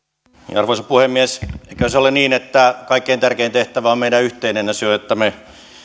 arvoisa puhemies eiköhän se ole niin että kaikkein tärkein tehtävä on meidän yhteinen ja se on että me